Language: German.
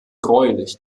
gräulich